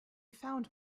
found